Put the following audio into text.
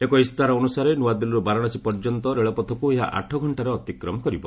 ଏକ ଇସ୍ତାହାର ଅନୁସାରେ ନୂଆଦିଲ୍କୀରୁ ବାରାଶାସୀ ପର୍ଯ୍ୟନ୍ତ ରେଳପଥକୁ ଏହା ଆଠ ଘଷ୍ଟାରେ ଅତିକ୍ରମ କରିବ